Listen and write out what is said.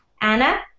Anna